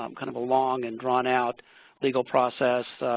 um kind of a long and drawnout legal process,